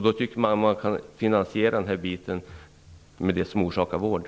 Man tycker då att det som orsakar vården skulle kunna finansiera den.